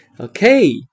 Okay